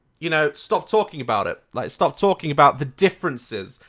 you know, stop talking about it like stop talking about the differences,